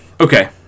okay